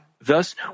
Thus